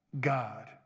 God